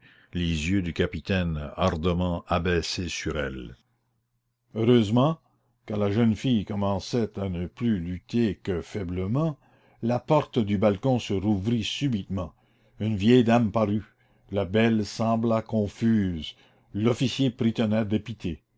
les yeux du capitaine ardemment abaissés sur elle heureusement car la jeune fille commençait à ne plus lutter que faiblement la porte du balcon se rouvrit subitement une vieille dame parut la belle sembla confuse l'officier prit un air dépité